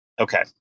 Okay